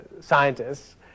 scientists